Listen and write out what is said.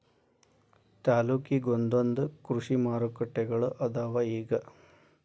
ತಾಲ್ಲೂಕಿಗೊಂದೊಂದ ಕೃಷಿ ಮಾರುಕಟ್ಟೆಗಳು ಅದಾವ ಇಗ